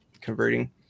converting